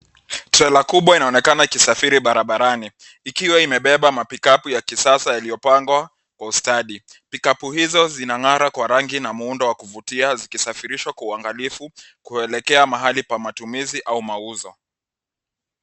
Trela kubwa inaonekana ikisafiri barabarani ikiwa imebeba mapikapu ya kisasa yaliyo pangwa kwa ustadi. Pikapu hizo zinang'ara kwa rangi na muundo wa kuvutia zikisafirishwa kwa uangalifu kuelekea mahali pa matumizi au mauzo.